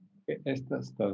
Estas